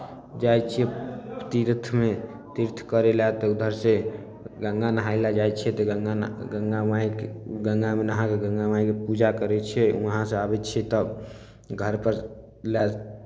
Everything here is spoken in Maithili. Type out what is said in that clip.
जाइ छियै तीर्थमे तीर्थ करय लए तऽ उधरसँ गङ्गा नहाय लए जाइ छियै तऽ गङ्गा न गङ्गा माइके गङ्गामे नहा कऽ गङ्गा माइके पूजा करै छियै वहाँसँ आबै छियै तब घरपर लए